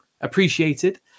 appreciated